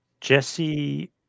Jesse